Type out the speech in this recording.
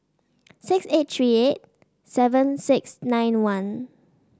six eight three eight seven six nine one